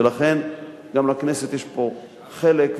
ולכן גם לכנסת יש פה חלק,